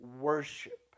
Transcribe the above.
worship